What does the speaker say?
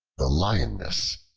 the lioness